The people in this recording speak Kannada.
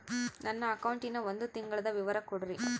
ನನ್ನ ಅಕೌಂಟಿನ ಒಂದು ತಿಂಗಳದ ವಿವರ ಕೊಡ್ರಿ?